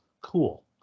cool